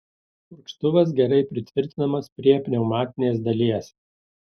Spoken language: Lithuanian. purkštuvas gerai pritvirtinamas prie pneumatinės dalies